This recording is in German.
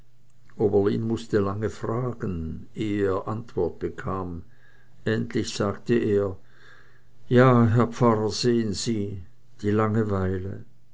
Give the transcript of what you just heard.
oberlin mußte lange fragen ehe er antwort bekam endlich sagte er ja herr pfarrer sehen sie die langeweile